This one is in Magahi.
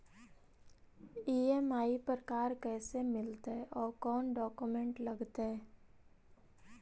ई.एम.आई पर कार कैसे मिलतै औ कोन डाउकमेंट लगतै?